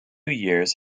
years